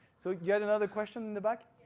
so you had another question in the back?